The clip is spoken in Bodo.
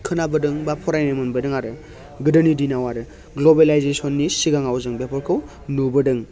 खोनाबोदों बा फरायनो मोनबोदों आरो गोदोनि दिनाव आरो ग्लबेलायजेसननि सिगाङाव जों बेफोरखौ नुबोदों